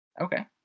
Okay